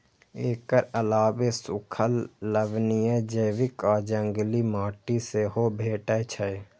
एकर अलावे सूखल, लवणीय, जैविक आ जंगली माटि सेहो भेटै छै